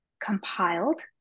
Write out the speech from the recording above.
compiled